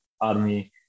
army